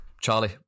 Charlie